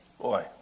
Boy